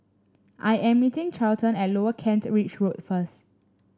I am meeting Charlton at Lower Kent Ridge Road first